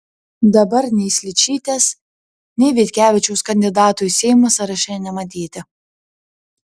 dabar nei sličytės nei vitkevičiaus kandidatų į seimą sąraše nematyti